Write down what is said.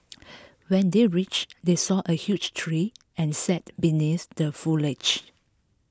when they reached they saw a huge tree and sat beneath the foliage